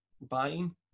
buying